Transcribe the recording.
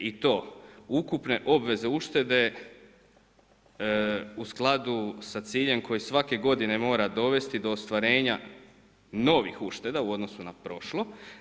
I to ukupne obveze uštede u skladu sa ciljem koji svake godine mora dovesti do ostvarenja novih ušteda u odnosu na prošlo.